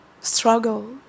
struggle